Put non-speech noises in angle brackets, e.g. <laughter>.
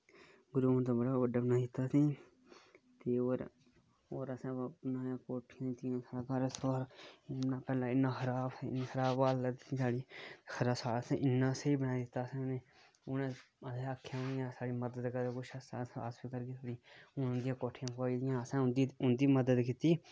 ground ते बड़ा बड्डा बनाई दित्ता कोठियां बी बनेई दित <unintelligible> हुन उंदियां कोठियां फकोई दियां ते असें बी हुंदी मदद कीती